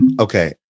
okay